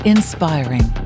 Inspiring